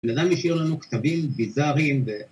בן אדם השאיר לנו כתבים ביזרים